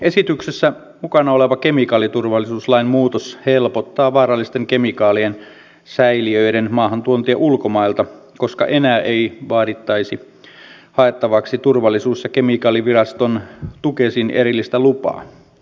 esityksessä mukana oleva kemikaaliturvallisuuslain muutos helpottaa vaarallisten kemikaalien säiliöiden maahantuontia ulkomailta koska enää ei vaadittaisi haettavaksi turvallisuus ja kemikaaliviraston tukesin erillistä lupaa